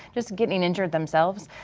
just getting injured themselves.